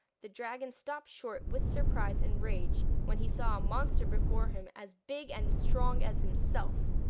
the dragon stopped short with surprise and rage when he saw a monster before him as big and strong as himself.